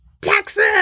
Texas